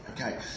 Okay